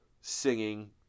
singing